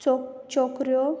चो चोकऱ्यो